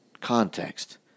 context